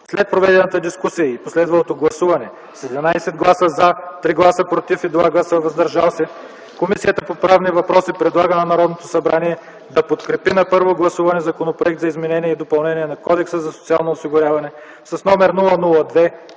След проведената дискусия и последвалото гласуване с 11 гласа „за”, 3 гласа „против” и 2 гласа „въздържал се”, Комисията по правни въпроси предлага на Народното събрание да подкрепи на първо гласуване законопроект за изменение и допълнение на Кодекса за социалното осигуряване, №